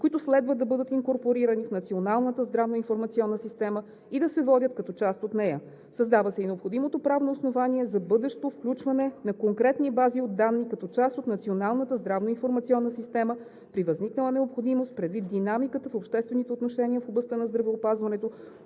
които следва да бъдат инкорпорирани в Националната здравноинформационна система и да се водят като част от нея. Създава се и необходимото правно основание за бъдещо включване на конкретни бази от данни като част от Националната здравноинформационна система при възникнала необходимост, предвид динамиката в обществените отношения в областта на здравеопазването,